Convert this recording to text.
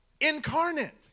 incarnate